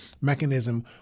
mechanism